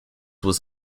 was